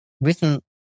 written